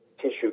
tissue